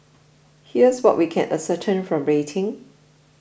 here's what we can ascertain from rating